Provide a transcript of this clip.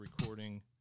recording